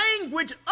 language